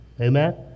Amen